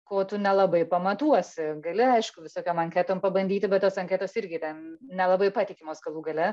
ko tu nelabai pamatuosi gali aišku visokiom anketom pabandyti bet tos anketos irgi ten nelabai patikimos galų gale